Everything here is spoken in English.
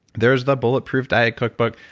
there's the bulletproof diet cookbook,